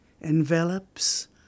envelops